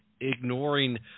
ignoring